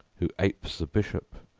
who apes the bishop,